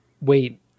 wait